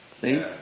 see